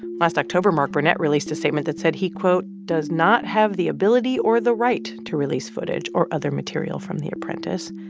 last october, mark burnett released a statement that said he, quote, does not have the ability or the right to release footage or other material from the apprentice.